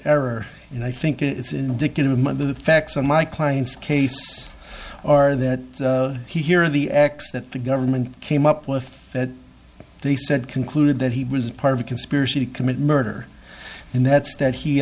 error and i think it's indicative of the facts on my client's case are that he hear the acts that the government came up with that they said concluded that he was part of a conspiracy to commit murder and that's that he